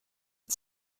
die